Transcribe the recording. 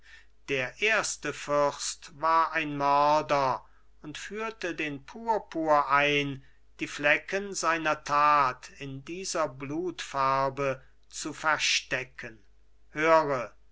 der erste fürst war ein mörder und führte den purpur ein die flecken seiner tat in dieser blutfarbe zu verstecken höre